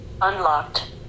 Unlocked